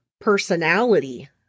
Personality